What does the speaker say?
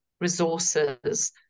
resources